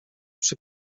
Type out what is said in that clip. przy